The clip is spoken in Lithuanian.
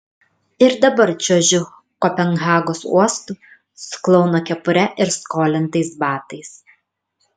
ir dabar čiuožiu kopenhagos uostu su klouno kepure ir skolintais batais